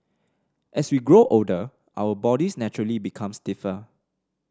as we grow older our bodies naturally become stiffer